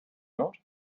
not